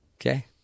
Okay